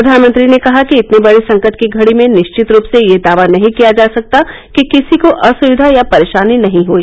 प्रधानमंत्री ने कहा कि इतने बड़े संकट की घड़ी में निश्चित रूप से यह दावा नहीं किया जा सकता कि किसी को असुविधा या परेशानी नहीं हुई